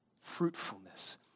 fruitfulness